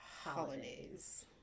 holidays